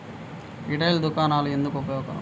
Retail దుకాణాలు ఎందుకు ఉపయోగకరం?